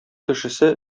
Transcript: кешесе